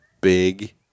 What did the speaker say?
big